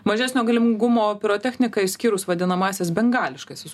mažesnio galingumo pirotechnika išskyrus vadinamąsias bengališkasis